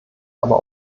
aber